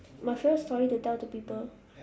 my favourite story to tell to people